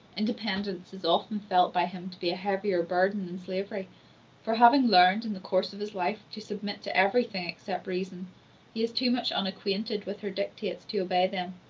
independence is often felt by him to be a heavier burden than slavery for having learned, in the course of his life, to submit to everything except reason, he is too much unacquainted with her dictates to obey them.